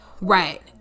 right